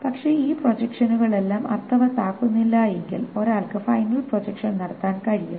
പക്ഷേ ഈ പ്രൊജക്ഷനുകളെല്ലാം അർത്ഥവത്താകുന്നില്ലെങ്കിൽ ഒരാൾക്ക് ഫൈനൽ പ്രൊജക്ഷൻ നടത്താൻ കഴിയും